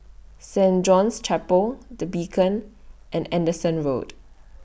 Saint John's Chapel The Beacon and Anderson Road